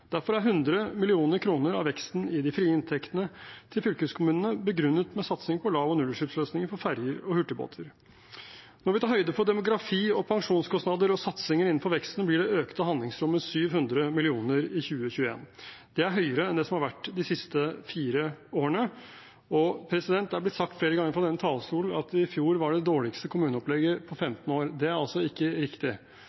Derfor er 100 mill. kr av veksten i de frie inntektene til fylkeskommunene begrunnet med satsing på lav- og nullutslippsløsninger for ferjer og hurtigbåter. Når vi tar høyde for demografi, pensjonskostnader og satsinger innenfor veksten, blir det økte handlingsrommet 700 mill. kr i 2021. Det er høyere enn det som har vært de siste fire årene. Det er blitt sagt flere ganger fra denne talerstolen at i fjor var det dårligste kommuneopplegget på